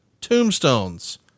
tombstones